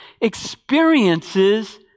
experiences